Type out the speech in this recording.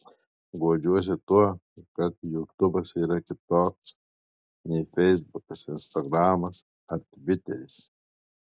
guodžiuosi tuo kad jutubas yra kitoks nei feisbukas instagramas ar tviteris